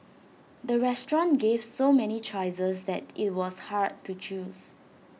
the restaurant gave so many choices that IT was hard to choose